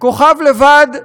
כוכב לבד,